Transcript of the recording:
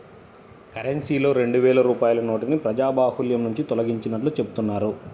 కరెన్సీలో రెండు వేల రూపాయల నోటుని ప్రజాబాహుల్యం నుంచి తొలగించినట్లు చెబుతున్నారు